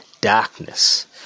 darkness